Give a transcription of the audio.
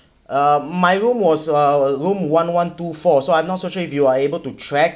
uh my room was a room one one two four so I'm not so sure if you are able to track